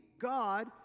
God